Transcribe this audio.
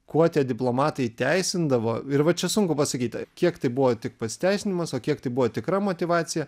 kuo tie diplomatai teisindavo ir va čia sunku pasakyt kiek tai buvo tik pasiteisinimas o kiek tai buvo tikra motyvacija